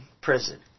prison